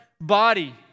body